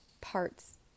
parts